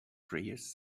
prayers